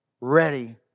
ready